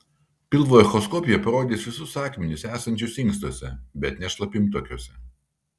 pilvo echoskopija parodys visus akmenis esančius inkstuose bet ne šlapimtakiuose